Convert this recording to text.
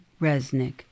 Resnick